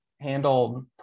handled